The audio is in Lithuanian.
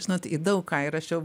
žinot į daug ką įrašiau